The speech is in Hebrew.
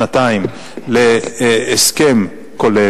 שנתיים להסכם כולל,